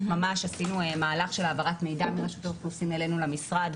ממש עשינו מהלך של העברת מידע מרשות האוכלוסין אלינו למשרד,